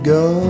go